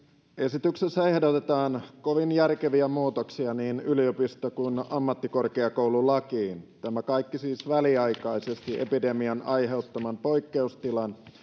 esityksessä ehdotetaan kovin järkeviä muutoksia niin yliopisto kuin ammattikorkeakoululakiin tämä kaikki siis väliaikaisesti epidemian aiheuttaman poikkeustilan